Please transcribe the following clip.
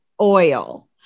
oil